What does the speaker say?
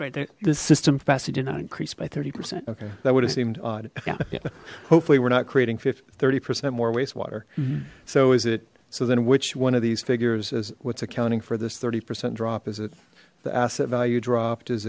so the system faster did not increase by thirty percent okay that would have seemed odd hopefully we're not creating fifty percent more wastewater so is it so then which one of these figures is what's accounting for this thirty percent drop is it the asset value dropped is